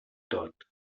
tot